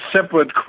separate